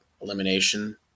elimination